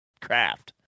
craft